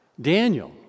Daniel